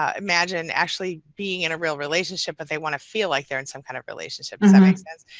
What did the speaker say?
um imagine actually being in a real relationship, but they want to feel like they're in some kind of relationship. does that make sense.